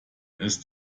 ist